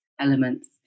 elements